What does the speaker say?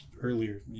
earlier